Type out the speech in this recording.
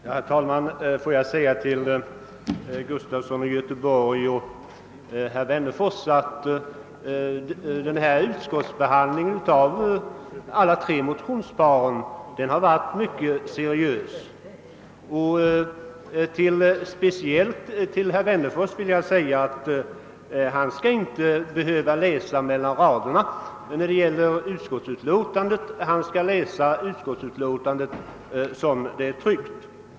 Herr talman! Får jag säga till herr Gustafson i Göteborg och till herr Wennerfors att utskottsbehandlingen av alla tre motionsparen varit mycket seriös. Speciellt till herr Wennerfors vill jag säga att han inte skall behöva läsa mellan raderna i utskottsutlåtandet. Han kan läsa utlåtandet som det är tryckt.